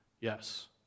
Yes